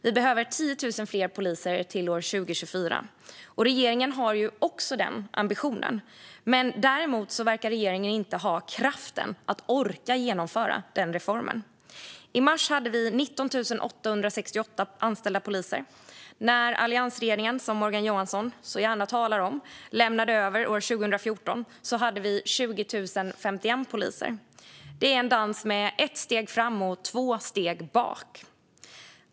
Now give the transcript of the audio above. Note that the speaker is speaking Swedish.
Vi behöver 10 000 fler poliser till år 2024. Regeringen har ju också den ambitionen. Däremot verkar regeringen inte ha kraften eller orken att genomföra reformen. I mars hade vi 19 868 anställda poliser. När alliansregeringen, som Morgan Johansson så gärna talar om, lämnade över år 2014 hade vi 20 051 poliser. Det är en dans med ett steg framåt och två steg bakåt.